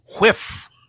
whiff